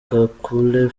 kakule